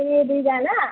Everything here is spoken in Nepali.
ए दुईजना